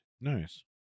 Nice